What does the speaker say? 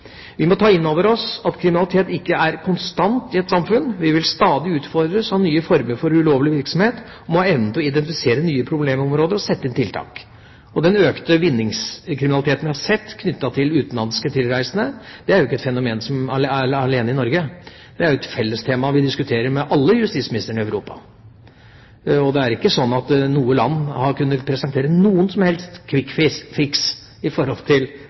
Vi må ta inn over oss at kriminalitet ikke er konstant i et samfunn. Vi vil stadig utfordres av nye former for ulovlig virksomhet og må ha evnen til å identifisere nye problemområder og sette inn tiltak. Den økte vinningskriminaliteten vi har sett knyttet til utenlandske tilreisende, er jo ikke et fenomen som bare er i Norge. Det er jo et fellestema vi diskuterer med alle justisministrene i Europa. Det er ikke slik at noe land har kunnet presentere noen som helst triks i forhold til